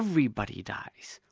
everybody dies.